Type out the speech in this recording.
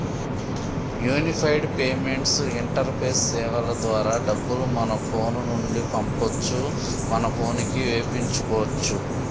unified payments interface సేవల ద్వారా డబ్బులు మన ఫోను నుండి పంపొచ్చు మన పోనుకి వేపించుకోచ్చు